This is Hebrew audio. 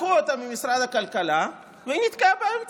לקחו אותה ממשרד הכלכלה, והיא נתקעה באמצע,